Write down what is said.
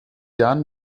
jahren